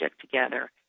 together